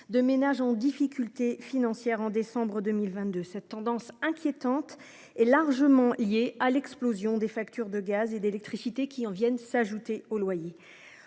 de ménages en difficulté financière en décembre 2022. Cette tendance préoccupante est largement liée à l'explosion des factures de gaz et d'électricité, qui s'ajoutent aux loyers.